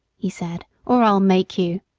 he said, or i'll make you.